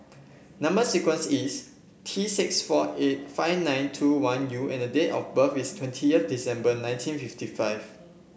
number sequence is T six four eight five nine two one U and date of birth is twentieth December nineteen fifty five